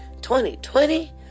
2020